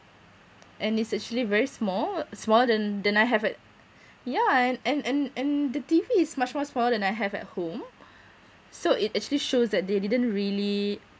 and it's actually very small smaller than than I have it yeah and and and and the T_V is much more smaller than I have at home so it actually shows that they didn't really